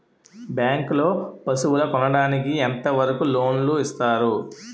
Bank లో పశువుల కొనడానికి ఎంత వరకు లోన్ లు ఇస్తారు?